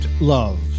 Love